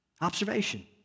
Observation